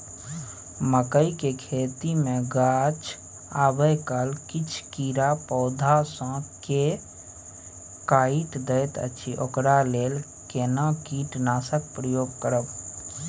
मकई के खेती मे गाछ आबै काल किछ कीरा पौधा स के काइट दैत अछि ओकरा लेल केना कीटनासक प्रयोग करब?